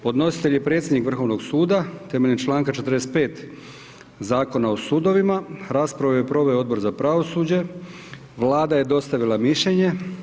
Podnositelj je predsjednik Vrhovnog suda temeljem čl. 45 Zakona o sudovima, raspravu je proveo Odbor za pravosuđe, Vlada je dostavila mišljenje.